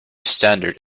standard